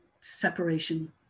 separation